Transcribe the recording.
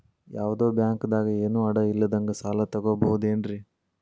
ಯಾವ್ದೋ ಬ್ಯಾಂಕ್ ದಾಗ ಏನು ಅಡ ಇಲ್ಲದಂಗ ಸಾಲ ತಗೋಬಹುದೇನ್ರಿ?